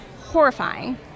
horrifying